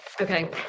Okay